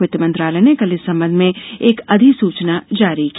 वित्त मंत्रालय ने कल इस संबंध में एक अधिसूचना जारी की